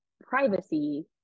privacy